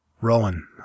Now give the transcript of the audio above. Rowan